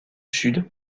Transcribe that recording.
sud